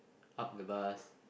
up the bus